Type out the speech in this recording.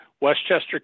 Westchester